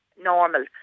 normal